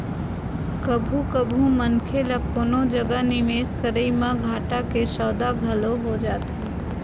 कभू कभू मनखे ल कोनो जगा निवेस करई म घाटा के सौदा घलो हो जाथे